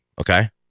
Okay